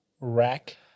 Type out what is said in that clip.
Rack